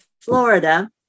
Florida